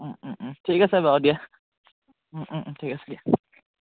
ঠিক আছে বাউ দিয়া ঠিক আছে দিয়া